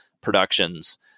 productions